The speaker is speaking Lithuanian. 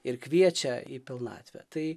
ir kviečia į pilnatvę tai